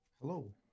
Hello